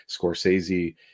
Scorsese